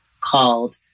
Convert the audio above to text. called